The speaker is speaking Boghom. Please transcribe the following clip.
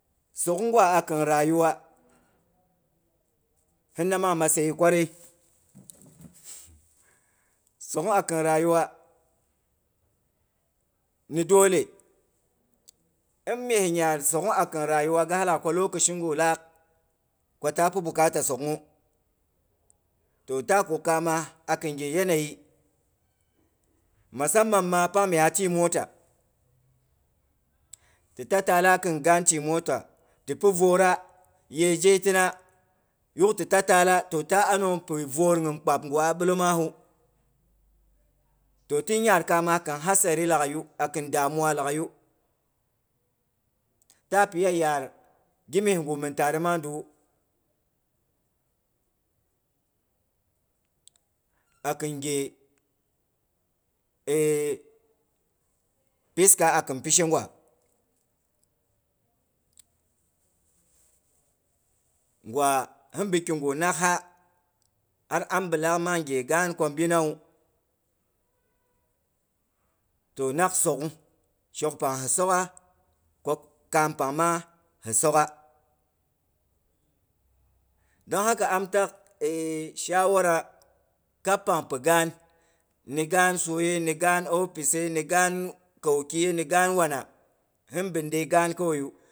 Sogh ngwa a khin rayuwa, hinna mang matsayi kwarai sogh a kin rayuwa, ni dole. In mye nyar sogh a kin raguwa gar laghai ko lokashi gu laak ko ta pi bukata sogh nwu toh, ta kuk kama a khin ghe yanayi. Matsa man ma pang mye a tyi mota ti ta taala khin gaan ti mota, ti pi voora, yei zhei tina yuk ti ta taala, toh ta anagh kin voor gin kpab gwa a bilom mahu toh tin yaar kama khan hasari laghai yu a kin damuwa laghai yu, ta pi iya yar gimye gwu min tare mang diwo a khin ghe piska akin pishe gwa. Ngwa, hinbi ki gu nak har ambi laak nang ghe gaan ko bina wu, toh nak sogh shok pang hi sogha, ko kaam pang ma hi sogha. Don haka am tag e shawara kab pang pi gaan. Ni gaan soye? Ni gaan opise? Ni gaan kauki ye? Ni gaan wana? Hin bin nde gaan kawaiyu.